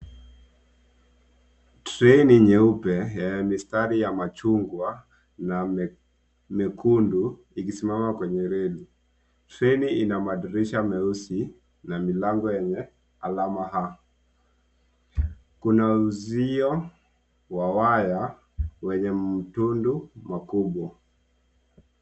Treni nyeupe yenye mistari ya machungwa na mekundu ikisimama kwenye reli. Treni ina madirisha meusi na milango yenye alama a. Kuna uzio wa waya wenye mtundu mkubwa.